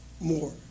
More